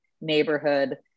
neighborhood